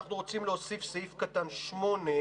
אנחנו רוצים להוסיף סעיף קטן (8)